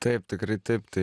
taip tikrai taip tai